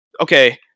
okay